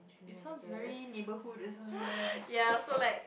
it sounds very neighborhood isn't